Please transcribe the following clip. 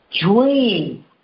Dream